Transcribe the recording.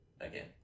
Again